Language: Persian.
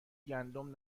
گندم